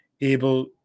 able